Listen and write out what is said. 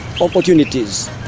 opportunities